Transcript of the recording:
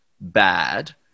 bad